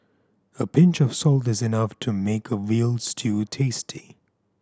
a pinch of salt is enough to make a veal stew tasty